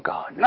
God